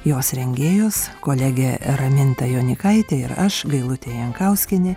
jos rengėjos kolegė raminta jonykaitė ir aš gailutė jankauskienė